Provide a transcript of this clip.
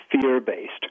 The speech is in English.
fear-based